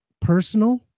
personal